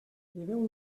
lleveu